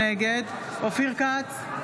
נגד אופיר כץ,